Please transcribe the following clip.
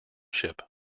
ship